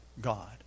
God